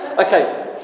Okay